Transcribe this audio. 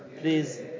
Please